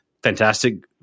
fantastic